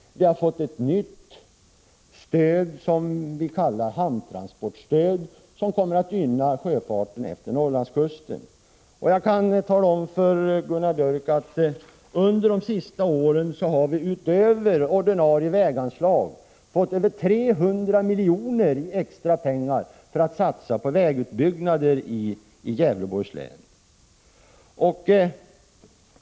Vi har fått ett nytt stöd, som kallas hamntransportstöd och som kommer att gynna sjöfarten efter Norrlandskusten. Jag kan tala om för Gunnar Björk i Gävle, att vi under de senaste åren utöver ordinarie väganslag har fått över 300 miljoner i extra pengar för att satsa på vägutbyggnader i Gävleborgs län.